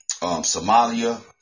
Somalia